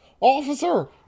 Officer